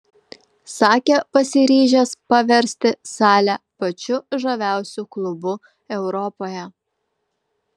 sakė pasiryžęs paversti salę pačiu žaviausiu klubu europoje